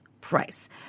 price